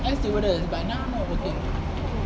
air stewardess but now not working